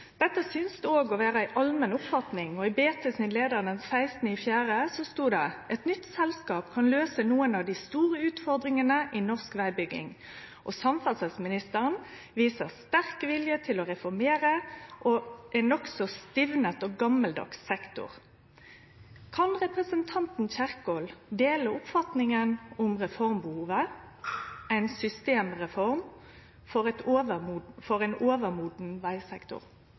Dette synest òg å vere ei ålmenn oppfatning, og i BT sin leiar den 16. april stod det: «Et nytt selskap kan løse noen av de store utfordringene i norsk veibygging». Og samferdselsministeren viser sterk vilje til å reformere ein nokså stivna og gamaldags sektor. Kan representanten Kjerkol dele oppfatninga om reformbehovet – ei systemreform for ein overmoden vegsektor?